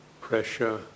pressure